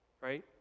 right